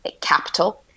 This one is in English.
capital